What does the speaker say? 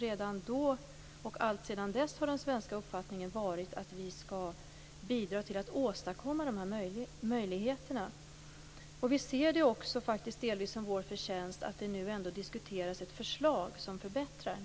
Redan då och alltsedan dess har den svenska uppfattningen varit den att vi skall bidra till att åstadkomma sådana här möjligheter. Vi ser det också faktiskt delvis som vår förtjänst att det nu ändå diskuteras ett förslag till förbättringar.